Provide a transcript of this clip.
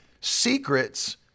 secrets